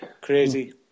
Crazy